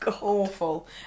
awful